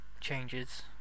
changes